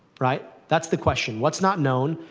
right. that's the question what's not known?